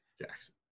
Jackson